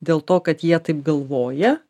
dėl to kad jie taip galvoja